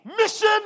mission